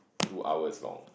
two hours long